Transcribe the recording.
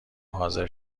حاضر